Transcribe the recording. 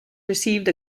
received